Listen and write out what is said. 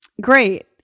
Great